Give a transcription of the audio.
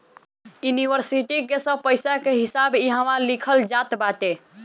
इन्वरसिटी के सब पईसा के हिसाब इहवा लिखल जात बाटे